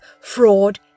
fraud